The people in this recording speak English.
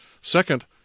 Second